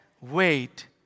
wait